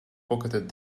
pocketed